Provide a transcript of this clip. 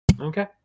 Okay